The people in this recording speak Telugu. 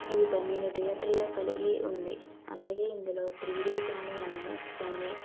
ఈ పన్నెండు థియేటర్లు కలిగి ఉంది అలాగే ఇందులో త్రీ డీ కానీ ఐమాక్స్ కానీ